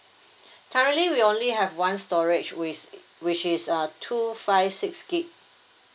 currently we only have one storage which which is a two five six gig